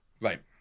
Right